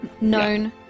Known